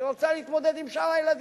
שהיא רוצה להתמודד עם שאר הילדים,